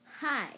Hi